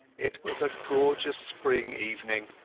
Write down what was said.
it was a gorgeous spring evening,